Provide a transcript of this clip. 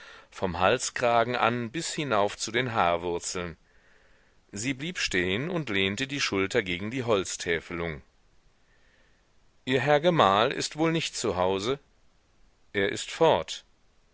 vom halskragen an bis hinauf zu den haarwurzeln sie blieb stehen und lehnte die schulter gegen die holztäfelung ihr herr gemahl ist wohl nicht zu hause er ist fort